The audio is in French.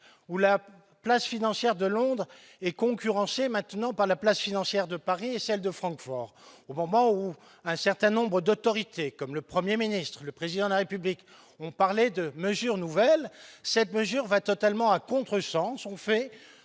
où la place financière de Londres est concurrencé maintenant par la place financière de Paris et celle de Francfort, au moment où un certain nombre d'autorité, comme le 1er ministre, le président de la République, on parlait de mesures nouvelles, cette mesure va totalement à contre-sens,